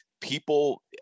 people